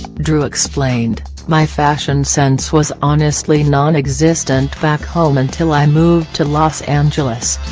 dru explained my fashion sense was honestly non-existent back home until i moved to los angeles.